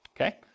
okay